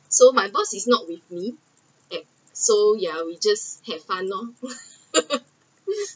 so my boss is not with me at so ya we just have fun lor